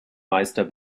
meister